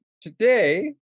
today